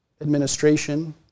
administration